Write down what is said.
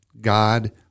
God